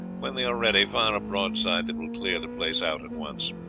when they are ready, fire a broadside that will clear the place out at once.